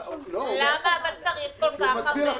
למה צריך כל כך הרבה זמן?